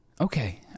Okay